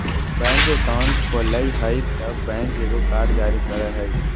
bank account खोलय हइ तब बैंक एगो कार्ड जारी करय हइ